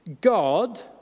God